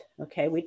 Okay